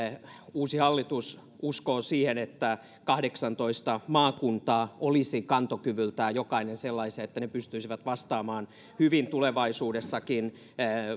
uusi hallitus uskoo siihen että kahdeksantoista maakuntaa olisivat jokainen kantokyvyltään sellaisia että ne pystyisivät vastaamaan hyvin tulevaisuudessakin